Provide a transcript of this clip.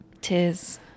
Tis